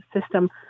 system